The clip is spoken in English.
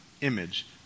image